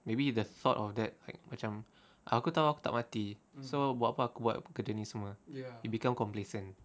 maybe the thought of that like macam aku tahu aku tak mati so buat apa aku buat kerja ni semua you become complacent